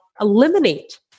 eliminate